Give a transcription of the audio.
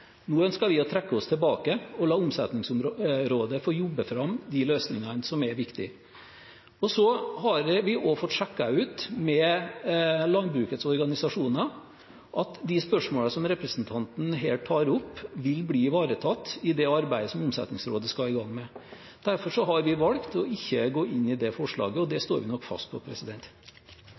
Nå ønsker vi å trekke oss tilbake og la Omsetningsrådet få jobbe fram de løsningene som er viktige. Og så har vi også fått sjekket ut med landbrukets organisasjoner at de spørsmålene som representanten Boel Gregussen her tar opp, vil bli ivaretatt i det arbeidet som Omsetningsrådet skal i gang med. Derfor har vi valgt ikke å gå inn i det forslaget, og det står vi nok fast på.